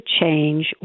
change